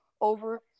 over